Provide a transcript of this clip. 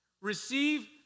Receive